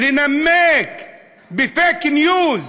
ב"פייק ניוז",